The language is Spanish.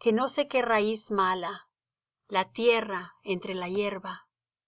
que no sé qué raíz mala la tierra entre la hierba